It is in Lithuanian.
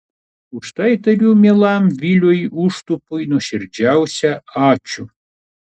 už tai tariu mielam viliui užtupui nuoširdžiausią ačiū